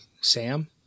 Sam